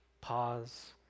Pause